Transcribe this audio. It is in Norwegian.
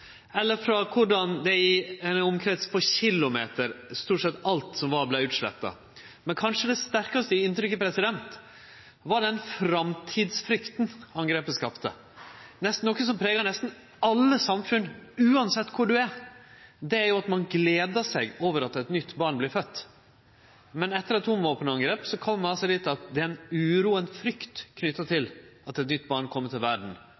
eller frå område der stort sett alt som var, i ein omkrins på fleire kilometer, vart utsletta. Men kanskje det sterkaste inntrykket var den framtidsfrykta angrepet skapte. Noko av det som pregar nesten alle samfunn, same kor ein er, er at ein gler seg over at eit nytt barn vert født. Men etter eit atomvåpenangrep veit ein at det er uro og frykt knytt til at eit nytt barn kjem til